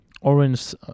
orange